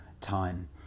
time